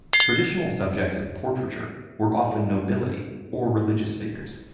traditional subjects of portraiture were often nobility or religious figures.